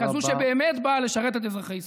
כזו שבאמת באה לשרת את אזרחי ישראל.